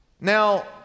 Now